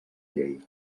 llei